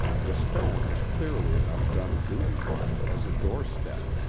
the stone had clearly enough done duty once as a doorstep.